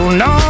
no